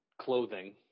clothing –